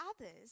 others